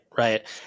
right